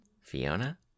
Fiona